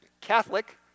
Catholic